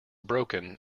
broken